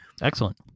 Excellent